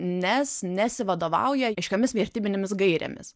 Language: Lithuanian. nes nesivadovauja aiškiomis vertybinėmis gairėmis